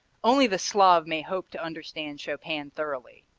only the slav may hope to understand chopin thoroughly.